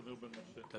תמיר בן משה.